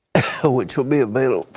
which will be available.